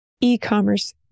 e-commerce